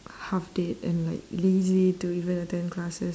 half dead and like lazy to even attend classes